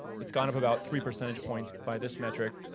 it's gone up about three percentage points by this metric.